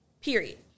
period